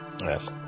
Yes